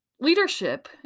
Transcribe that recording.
leadership